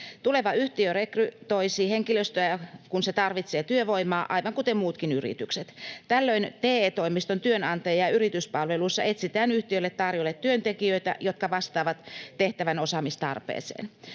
Tuleva yhtiö rekrytoisi henkilöstöä, kun se tarvitsee työvoimaa, aivan kuten muutkin yritykset. Tällöin TE-toimiston työnantaja- ja yrityspalveluissa etsitään yhtiölle tarjolle työntekijöitä, jotka vastaavat tehtävän osaamistarpeeseen.